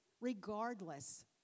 regardless